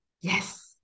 Yes